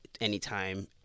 anytime